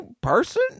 person